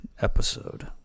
episode